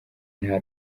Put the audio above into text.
nta